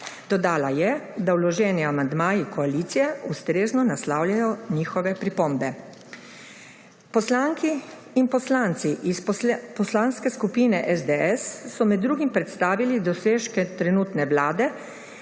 Dodala je, da vloženi amandmaji koalicije ustrezno naslavljajo njihove pripombe. Poslanke in poslanci iz poslanske skupine SDS so med drugim predstavili dosežke trenutne vlade,